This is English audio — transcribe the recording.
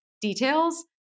details